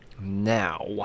Now